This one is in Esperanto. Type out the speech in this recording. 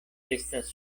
estas